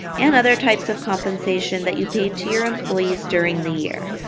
and other types of compensation that you paid to your employees during the year.